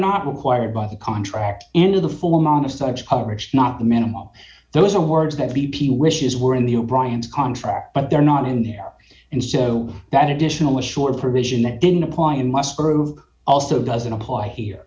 not required by the contract into the full amount of such coverage not the minimum those awards that b p wishes were in the o'briens contract but they're not in there and so that additional issue or provision that didn't apply in must prove also doesn't apply here